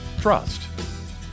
Trust